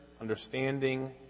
understanding